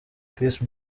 chris